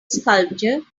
sculpture